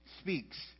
speaks